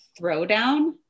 Throwdown